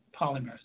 polymers